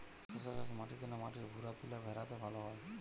শশা চাষ মাটিতে না মাটির ভুরাতুলে ভেরাতে ভালো হয়?